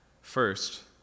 first